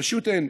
פשוט אין.